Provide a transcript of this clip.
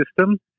system